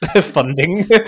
funding